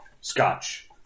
Scotch